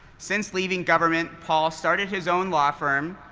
since leaving government, paul started his own law firm,